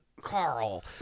Carl